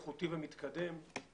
איכותי ומתקדם.